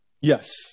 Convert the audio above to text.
yes